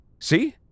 See